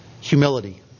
humility